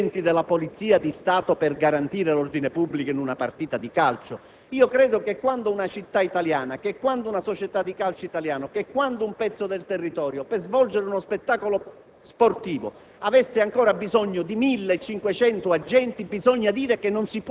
Portando a Catania o a Bergamo 1.500 agenti della Polizia di Stato per garantire l'ordine pubblico in una partita di calcio? Credo che quando una città italiana, una società di calcio, un pezzo del territorio per far svolgere un evento